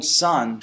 son